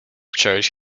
church